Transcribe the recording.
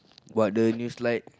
what the new slide